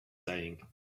saying